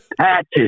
patches